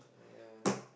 yeah